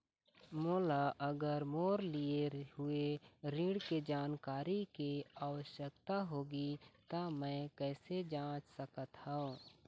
मोला अगर मोर लिए हुए ऋण के जानकारी के आवश्यकता होगी त मैं कैसे जांच सकत हव?